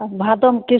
भादोमे किछु